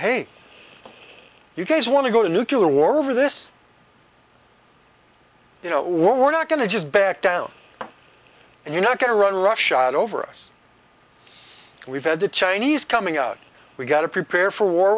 hey you guys want to go to nuclear war over this you know we're not going to just back down and you're not going to run roughshod over us we've had the chinese coming out we've got to prepare for war